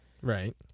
Right